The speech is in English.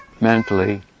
mentally